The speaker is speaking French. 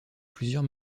plusieurs